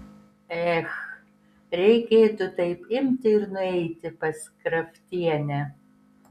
ech reikėtų taip imti ir nueiti pas kraftienę